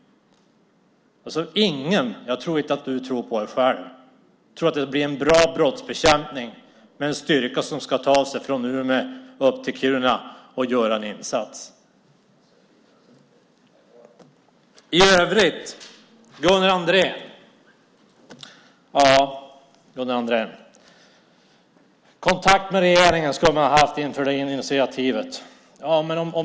Jag tror inte att Åke Sandström tror på det själv. Ingen tror att det blir en bra brottsbekämpning med en styrka som ska tas från Umeå upp till Kiruna för att göra en insats. Ja, Gunnar Andrén, man skulle ha haft kontakt med regeringen inför det initiativet.